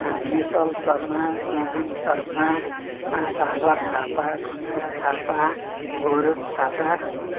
initial Sharma Naveen Sharma Sagar Thapa Ganesh Thapa Gaurav Thapa